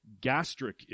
gastric